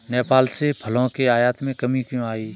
नेपाल से फलों के आयात में कमी क्यों आ गई?